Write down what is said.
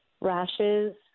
rashes